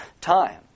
time